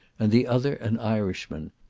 and the other an irishman,